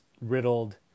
riddled